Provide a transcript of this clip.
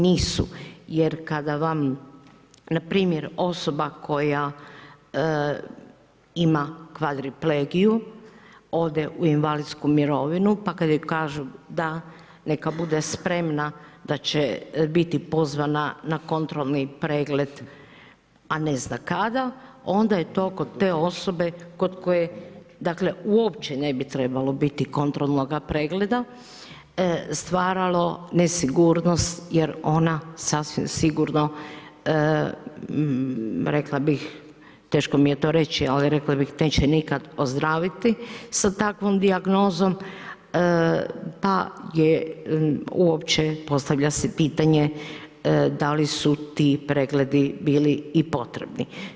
Jer, kada vam npr. osoba koja ima kvadri legiju ode u invalidsku mirovinu, pa kažu da neka bude spremna, da će biti pozvana na kontrolni pregled a ne zna kada, onda je to kod te osobe, kod koje dakle uopće ne bi trebalo biti kontrolnoga pregleda stvaralo nesigurnost jer ona sasvim sigurno, rekla bih, teško mi je to reći, ali rekla bih neće nikad ozdraviti sa takvom dijagnozom pa je uopće, postavlja se pitanje da li su ti pregledi bili i potrebni.